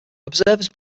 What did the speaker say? observers